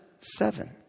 seven